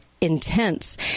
intense